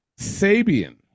Sabian